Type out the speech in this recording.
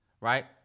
right